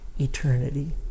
eternity